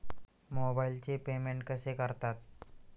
मोबाइलचे पेमेंट कसे करतात?